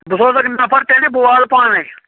بہٕ سوزکھ نَفر تیٚلہِ بہٕ والہٕ پانَے